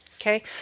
Okay